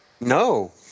No